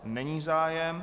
Není zájem.